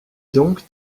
donc